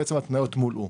כל ההתניות מולאו.